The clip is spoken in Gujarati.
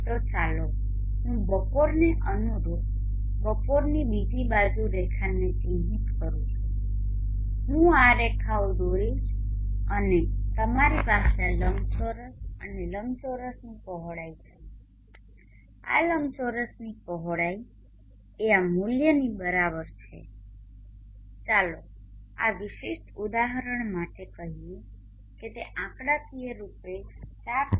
તો ચાલો હું બપોરને અનુરૂપ બપોરની બીજી બાજુની રેખાને ચિહ્નિત કરું છું હું આ રેખાઓ દોરીશ અને તમારી પાસે આ લંબચોરસ અને લંબચોરસની પહોળાઈ છે આ લંબચોરસની પહોળાઈ એ આ મૂલ્યની બરાબર છે ચાલો આ વિશિષ્ટ ઉદાહરણ માટે કહીએ કે તે આંકડાકીય રૂપે 4